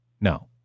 No